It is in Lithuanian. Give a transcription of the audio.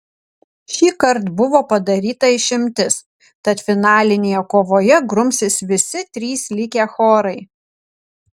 šįkart buvo padaryta išimtis tad finalinėje kovoje grumsis visi trys likę chorai